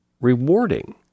rewarding